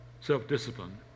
self-discipline